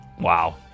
Wow